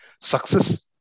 success